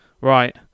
right